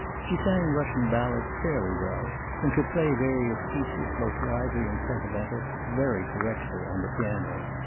she sang russian ballads fairly well and could play various pieces, both lively and sentimental, very correctly on the piano.